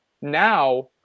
now